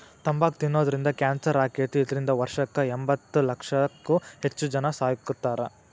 ತಂಬಾಕ್ ತಿನ್ನೋದ್ರಿಂದ ಕ್ಯಾನ್ಸರ್ ಆಕ್ಕೇತಿ, ಇದ್ರಿಂದ ವರ್ಷಕ್ಕ ಎಂಬತ್ತಲಕ್ಷಕ್ಕೂ ಹೆಚ್ಚ್ ಜನಾ ಸಾಯಾಕತ್ತಾರ